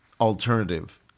alternative